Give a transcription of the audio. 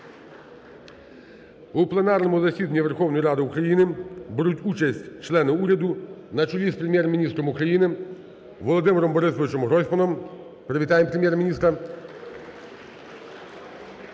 У пленарному засіданні Верховної Ради України беруть участь члени уряду на чолі з Прем'єр-міністром України Володимиром Борисовичем Гройсманом. Привітаємо Прем'єр-міністра.